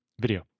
video